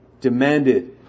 demanded